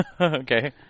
okay